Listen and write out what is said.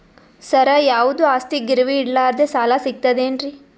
ಸರ, ಯಾವುದು ಆಸ್ತಿ ಗಿರವಿ ಇಡಲಾರದೆ ಸಾಲಾ ಸಿಗ್ತದೇನ್ರಿ?